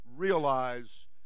realize